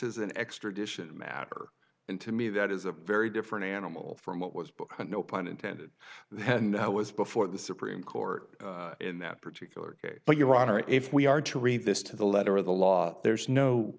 is an extradition matter and to me that is a very different animal from what was no pun intended then it was before the supreme court in that particular case but your honor if we are to read this to the letter of the law there's no